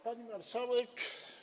Pani Marszałek!